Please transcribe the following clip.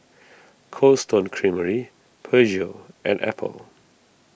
Cold Stone Creamery Peugeot and Apple